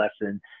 lesson